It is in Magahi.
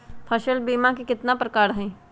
फसल बीमा कतना प्रकार के हई?